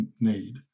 need